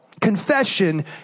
Confession